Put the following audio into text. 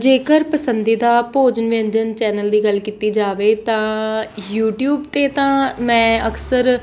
ਜੇਕਰ ਪਸੰਦੀਦਾ ਭੋਜਨ ਵਿਅੰਜਨ ਚੈਨਲ ਦੀ ਗੱਲ ਕੀਤੀ ਜਾਵੇ ਤਾਂ ਯੂਟਿਊਬ 'ਤੇ ਤਾਂ ਮੈਂ ਅਕਸਰ